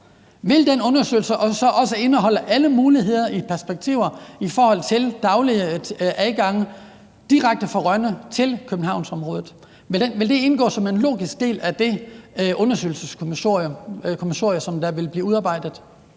vil den undersøgelse så også indeholde alle muligheder for perspektiver i forhold til daglige afgange direkte fra Rønne til Københavnsområdet? Vil det indgå som en logisk del af det undersøgelseskommissorie, som der vil blive udarbejdet?